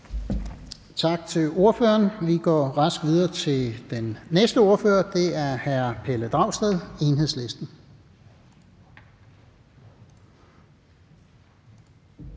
Tak til ordføreren. Vi går rask videre til den næste ordfører, og det er hr. Pelle Dragsted, Enhedslisten.